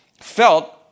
felt